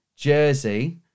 jersey